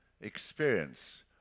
experience